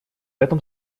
этом